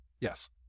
Yes